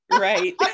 Right